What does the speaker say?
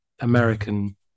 American